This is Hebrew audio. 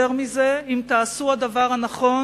יותר מזה, אם תעשו את הדבר הנכון,